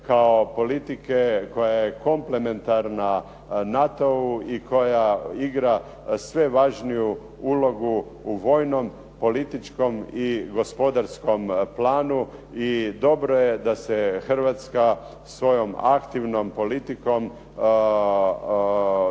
kao politike koja je komplementarna NATO-u i koja igra sve važniju ulogu u vojnom, političkom i gospodarskom planu. I dobro je da se Hrvatska svojom aktivnom politikom